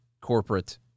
corporate